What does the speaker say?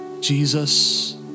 Jesus